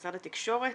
משרד התקשורת